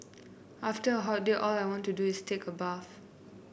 after a hot day all I want to do is take a bath